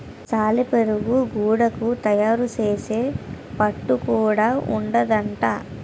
సాలెపురుగు గూడడు తయారు సేసే పట్టు గూడా ఉంటాదట